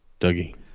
Dougie